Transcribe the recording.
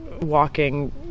walking